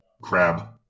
crab